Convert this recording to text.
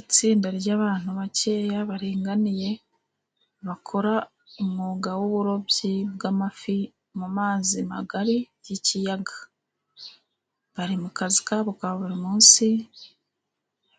Itsinda ry'abantu bakeya baringaniye bakora umwuga w'uburobyi bw'amafi mu mazi magari y'ikiyaga. Bari mu kazi kabo kaburi munsi